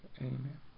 Amen